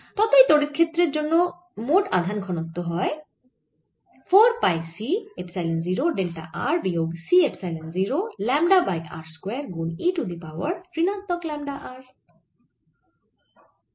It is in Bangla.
তাই তড়িৎ ক্ষেত্রের জন্য মোট আধান ঘনত্ব হয় 4 pi C epsilon 0 delta r বিয়োগ C epsilon 0 lambda by r square গুন e টু দি পাওয়ার ঋণাত্মক ল্যামডা r